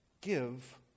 Give